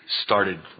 started